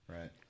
Right